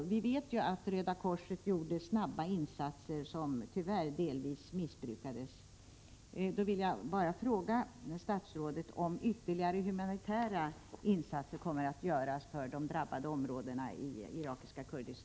Vi vet ju att Röda korset gjorde snabba insatser, som tyvärr delvis missbrukades.